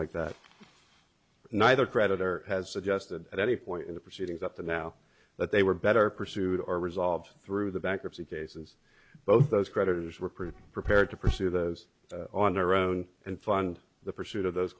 like that neither creditor has suggested at any point in the proceedings up to now that they were better pursued or resolved through the bankruptcy cases both those creditors were pretty prepared to pursue those on their own and fund the pursuit of those